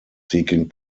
seeking